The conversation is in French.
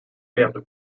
perdent